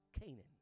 Canaan